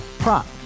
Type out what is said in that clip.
Prop